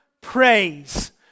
praise